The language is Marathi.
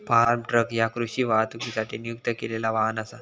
फार्म ट्रक ह्या कृषी वाहतुकीसाठी नियुक्त केलेला वाहन असा